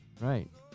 Right